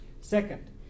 Second